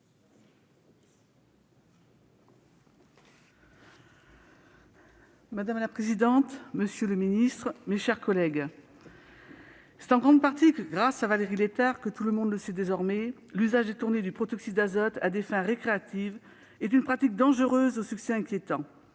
Madame la présidente, monsieur le secrétaire d'État, mes chers collègues, c'est en grande partie grâce à Valérie Létard que tout le monde le sait désormais : l'usage détourné du protoxyde d'azote à des fins récréatives est une pratique dangereuse, au succès inquiétant.